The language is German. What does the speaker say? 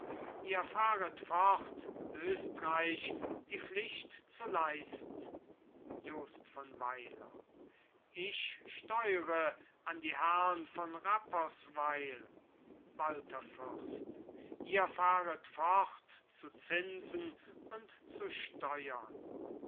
ihr fahret fort östreich die pflicht zu leisten jost von weiler ich steure an die herrn von rappersweil walther fürst ihr fahret fort zu zinsen und zu steuern